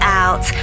out